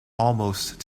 almost